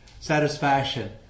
satisfaction